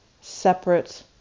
separate